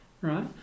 right